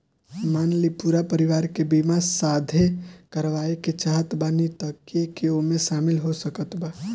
मान ली पूरा परिवार के बीमाँ साथे करवाए के चाहत बानी त के के ओमे शामिल हो सकत बा?